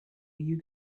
you